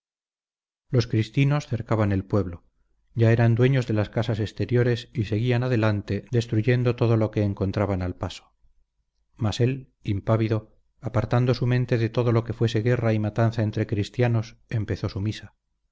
los cristinos cercaban el pueblo ya eran dueños de las casas exteriores y seguían adelante destruyendo todo lo que encontraban al paso mas él impávido apartando su mente de todo lo que fuese guerra y matanza entre cristianos empezó su misa